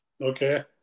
Okay